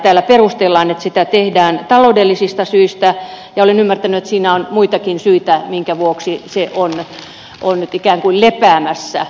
täällä perustellaan että sitä tehdään taloudellisista syistä ja olen ymmärtänyt että siinä on muitakin syitä minkä vuoksi se on ikään kuin lepäämässä